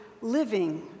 living